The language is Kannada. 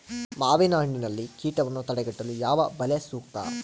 ಮಾವಿನಹಣ್ಣಿನಲ್ಲಿ ಕೇಟವನ್ನು ತಡೆಗಟ್ಟಲು ಯಾವ ಬಲೆ ಸೂಕ್ತ?